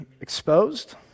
exposed